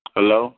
Hello